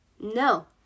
No